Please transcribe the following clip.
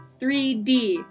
3D